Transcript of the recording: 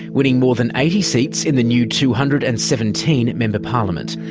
winning more than eighty seats in the new two hundred and seventeen member parliament.